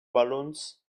balloons